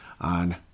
on